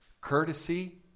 courtesy